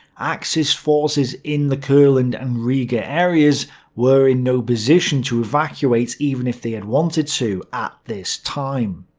axis forces in the courland and riga areas were in no position to evacuate even if they had wanted to at this time.